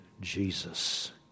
Jesus